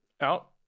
out